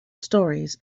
stories